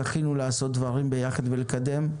זכינו לעשות דברים ביחד ולקדם.